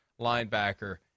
linebacker